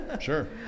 sure